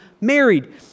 married